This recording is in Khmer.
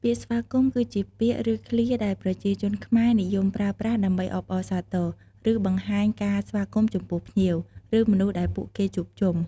ពាក្យស្វាគមន៍គឺជាពាក្យឬឃ្លាដែលប្រជាជនខ្មែរនិយមប្រើប្រាស់ដើម្បីអបអរសាទរ ឬបង្ហាញការស្វាគមន៍ចំពោះភ្ញៀវ ឬមនុស្សដែលពួកគេជួបជុំ។